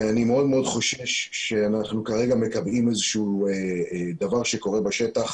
אני מאוד מאוד חושש שאנחנו כרגע מקבלים איזשהו דבר שקורה בשטח.